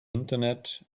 internet